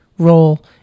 role